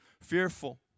fearful